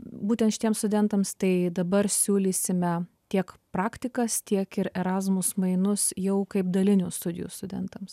būtent šitiems studentams tai dabar siūlysime tiek praktikas tiek ir erasmus mainus jau kaip dalinių studijų studentams